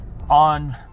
On